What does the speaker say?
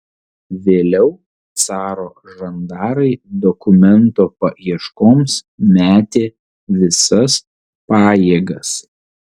vėliau caro žandarai dokumento paieškoms metė visas pajėgas